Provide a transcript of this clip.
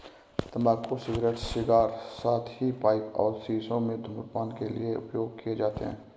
तंबाकू cigarette, cigar, साथ ही पाइप और शीशों में धूम्रपान के लिए उपयोग किए जाते हैं